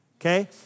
okay